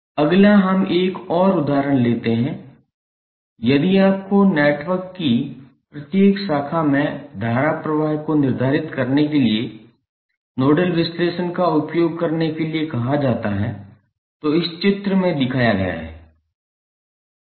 अगला हम एक और उदाहरण लेते हैं यदि आपको नेटवर्क की प्रत्येक शाखा में धारा प्रवाह को निर्धारित करने के लिए नोडल विश्लेषण का उपयोग करने के लिए कहा जाता है जो इस चित्र में दिखाया गया है